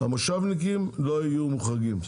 המושבניקים לא יהיו מוחרגים.